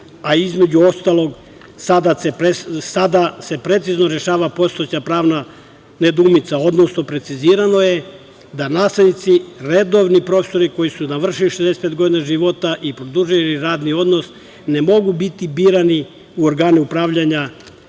a između ostalog sada se precizno rešava postojeća pravna nedoumica, odnosno precizirano je da nastavnici, redovni profesori koji su navršili 65 godina života i produžili radni odnos ne mogu biti birani u organe upravljanja